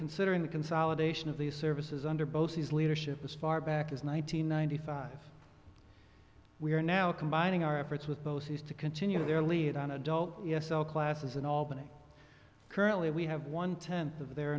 considering the consolidation of the services under both his leadership as far back as one nine hundred ninety five we are now combining our efforts with both is to continue their lead on adult yes all classes in albany currently we have one tenth of their